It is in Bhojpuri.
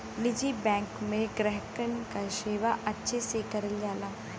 निजी बैंक में ग्राहकन क सेवा अच्छे से करल जाला